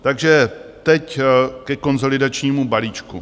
Takže teď ke konsolidačnímu balíčku.